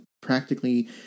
practically